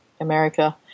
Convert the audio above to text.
America